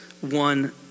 one